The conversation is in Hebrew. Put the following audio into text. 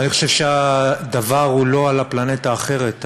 אני חושב שהדבר הוא לא הפלנטה האחרת,